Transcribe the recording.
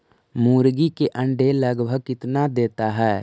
मुर्गी के अंडे लगभग कितना देता है?